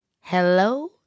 Hello